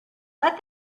let